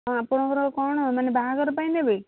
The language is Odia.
ହଁ ଆପଣଙ୍କର କ'ଣ ମାନେ ବାହାଘର ପାଇଁ ନେବେ